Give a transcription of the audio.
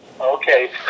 Okay